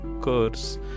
curse